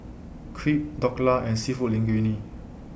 Crepe Dhokla and Seafood Linguine